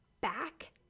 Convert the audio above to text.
back